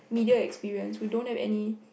media experience who don't have any